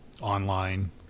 online